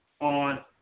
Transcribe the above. on